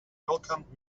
welcomed